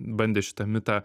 bandė šitą mitą